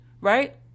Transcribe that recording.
right